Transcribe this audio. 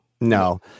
No